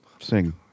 sing